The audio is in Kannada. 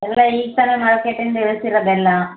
ಎಲ್ಲ ಈಗ ತಾನೇ ಮಾರ್ಕೇಟಿಂದ ಇಳ್ಸಿರೋದು ಎಲ್ಲ